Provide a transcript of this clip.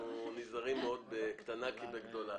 אנחנו נזהרים מאוד קטנה בגדולה.